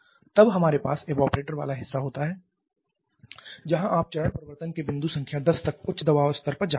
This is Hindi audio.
तब हमारे पास evaporator वाला हिस्सा होता है जहां आप चरण परिवर्तन के बिंदु संख्या 10 तक उच्च दबाव स्तर पर जा रहे हैं